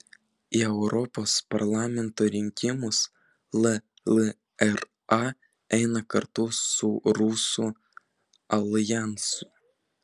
į europos parlamento rinkimus llra eina kartu su rusų aljansu